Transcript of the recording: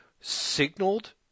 signaled